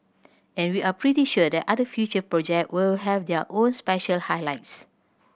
and we are pretty sure that other future project will have their own special highlights